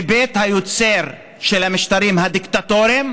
מבית היוצר של המשטרים הדיקטטוריים,